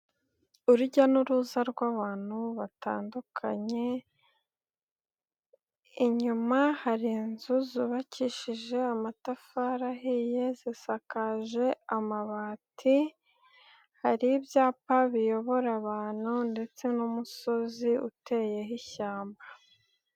Urujya n'uruza rw'abantu batandukanye, inyuma hari inzu zubakishije amatafari ahiye, zisakaje amabati, hari ibyapa biyobora abantu ndetse n'umusozi uteyeho ishyamba.